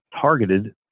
targeted